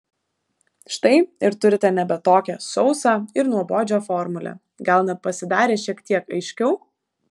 štai ir turite nebe tokią sausą ir nuobodžią formulę gal net pasidarė šiek tiek aiškiau